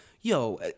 yo